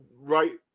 right